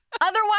Otherwise